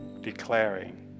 declaring